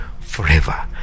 forever